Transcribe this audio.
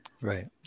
Right